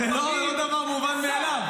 זה לא דבר מובן מאליו.